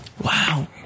Wow